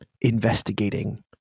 investigating